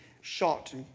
shot